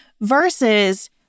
versus